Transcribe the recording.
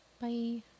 Bye